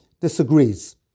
disagrees